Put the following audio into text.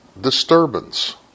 disturbance